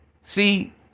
See